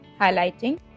highlighting